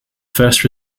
first